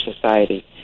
society